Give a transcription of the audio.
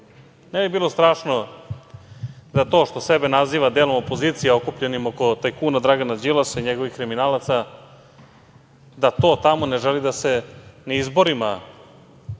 Ne bi bilo strašno da to što naziva sebe delom opozicije okupljeni oko tajkuna Dragana Đilasa i njegovih kriminalaca da to tamo ne želi da se na izborima izbori